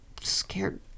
scared